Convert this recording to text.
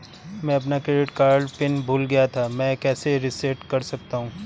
मैं अपना credit card pin भूल गया था मैं इसे कैसे रीसेट कर सकता हूँ?